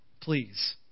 please